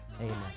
amen